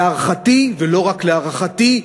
להערכתי, ולא רק להערכתי,